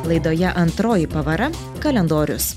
laidoje antroji pavara kalendorius